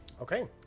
Okay